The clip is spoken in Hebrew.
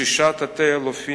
שישה תת-אלופים,